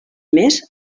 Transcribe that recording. més